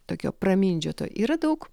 tokio pramindžioto yra daug